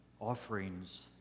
offerings